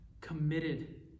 committed